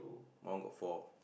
one got four